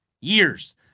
Years